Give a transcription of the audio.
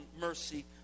mercy